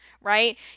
right